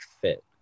fit